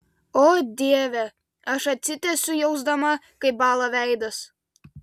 o dieve aš atsitiesiu jausdama kaip bąla veidas